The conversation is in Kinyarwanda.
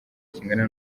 kingana